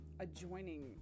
adjoining